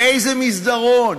לאיזה מסדרון?